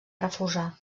refusar